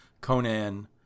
Conan